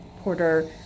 Porter